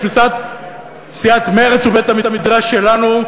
תפיסת סיעת מרצ ובית-המדרש שלנו,